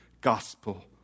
gospel